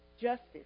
justice